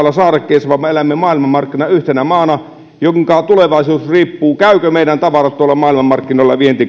saarekkeessa vaan me elämme maailmanmarkkinan yhtenä maana jonka tulevaisuus riippuu siitä käyvätkö meidän tavarat tuolla maailmanmarkkinoilla